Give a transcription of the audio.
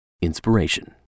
inspiration